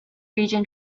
region